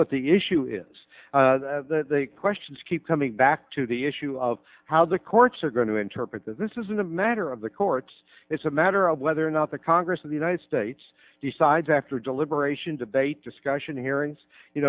what the issue is questions keep coming back to the issue of how the courts are going to interpret that this isn't a matter of the courts it's a matter of whether or not the congress of the united states decides after deliberation debate discussion hearings you